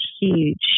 huge